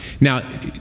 Now